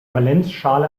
valenzschale